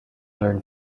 learn